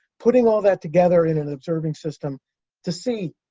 putting all that together in an observing system to see,